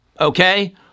Okay